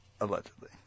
Allegedly